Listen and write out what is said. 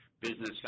business